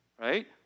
Right